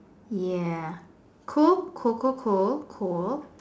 ya cool cool cool cool cool